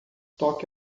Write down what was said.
toque